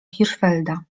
hirschfelda